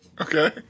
okay